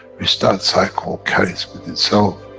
which that cycle carries with itself,